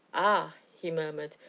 ah! he murmured,